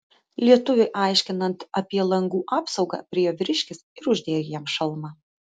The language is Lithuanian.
lietuviui aiškinant apie langų apsaugą priėjo vyriškis ir uždėjo jam šalmą